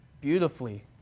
beautifully